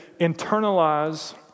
internalize